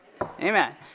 Amen